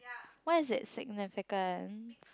what is it significance